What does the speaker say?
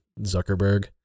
Zuckerberg